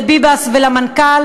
לביבס ולמנכ"ל.